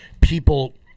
people